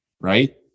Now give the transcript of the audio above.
right